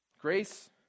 grace